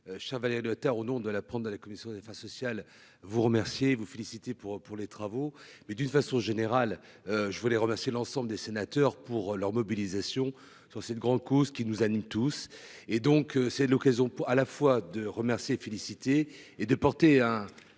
Chavanel au nom de la prendre. La commission des social vous remercier vous féliciter pour pour les travaux mais d'une façon générale. Je voulais remercier l'ensemble des sénateurs pour leur mobilisation sur cette grande cause qui nous anime tous et donc c'est l'occasion pour à la fois de remercier et féliciter et de porter un